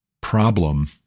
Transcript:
problem